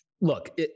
Look